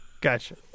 Gotcha